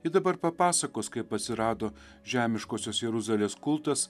ji dabar papasakos kaip atsirado žemiškosios jeruzalės kultas